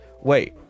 Wait